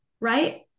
Right